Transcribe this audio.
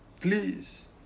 Please